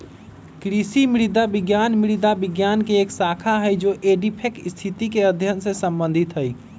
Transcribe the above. कृषि मृदा विज्ञान मृदा विज्ञान के एक शाखा हई जो एडैफिक स्थिति के अध्ययन से संबंधित हई